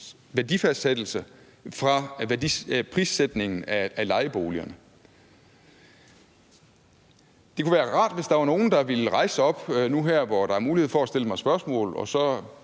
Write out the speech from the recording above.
værdifastsættelse fra prissætningen af lejeboliger. Det kunne være rart, hvis der var nogen, der vil rejse sig op nu her, hvor der er mulighed for at stille mig spørgsmål, og så